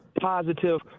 positive